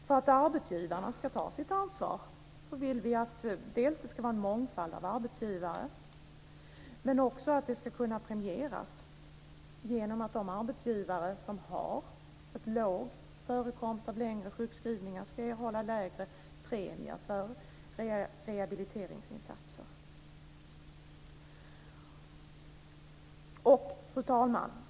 För att arbetsgivarna ska ta sitt ansvar vill vi dels att det ska vara en mångfald av arbetsgivare, dels att detta ska kunna premieras genom att de arbetsgivare som har låg förekomst av längre sjukskrivningar ska erhålla lägre premier för rehabiliteringsinsatser. Fru talman!